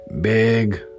big